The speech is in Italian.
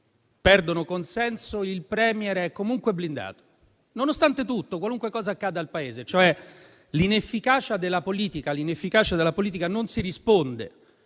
dei cittadini, il *Premier* è comunque blindato, nonostante tutto, qualunque cosa accada al Paese. All'inefficacia della politica si risponde,